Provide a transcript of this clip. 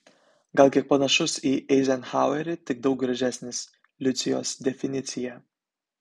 gal kiek panašus į eizenhauerį tik daug gražesnis liucijos definicija